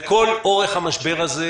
לכל אורך המשבר הזה,